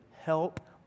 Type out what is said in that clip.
Help